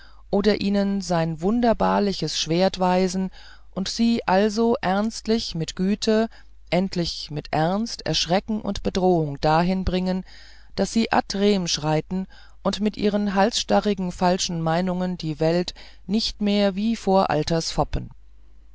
oder ihnen sein wunderbarlich schwert weisen und sie also erstlich mit güte endlich mit ernst erschrecken und bedrohungen dahin bringen daß sie ad rem schreiten und mit ihren halsstarrigen falschen meinungen die welt nicht mehr wie vor alters foppen